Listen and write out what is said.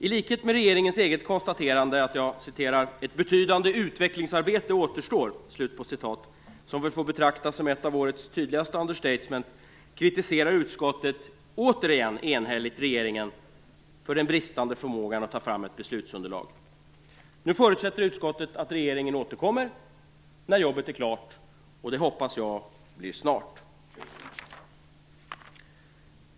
I likhet med regeringens eget konstaterande att ett betydande utvecklingsarbete återstår, som väl får betraktas som ett av årets tydligaste understatement, kritiserar utskottet återigen enhälligt regeringen för den bristande förmågan att ta fram ett beslutsunderlag. Nu förutsätter utskottet att regeringen återkommer när jobbet är klart, och det hoppas jag blir snart.